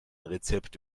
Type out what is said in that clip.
rezept